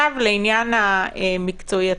לעניין המקצועי.